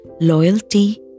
loyalty